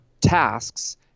tasks